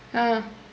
ah